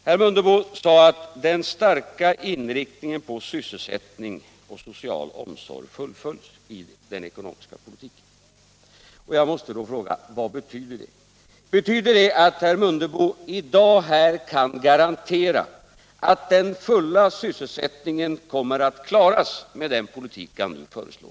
Herr Mundebo sade vidare att den starka inriktningen på sysselsättning och social omsorg fullföljs i den ekonomiska politiken. Betyder det att herr Mundebo i dag kan garantera att den fulla sysselsättningen kommer att klaras med den politik som han nu föreslår?